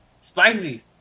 Spicy